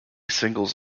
singles